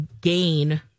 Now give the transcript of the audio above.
gain